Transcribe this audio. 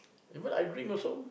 even like I drink also